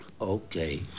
okay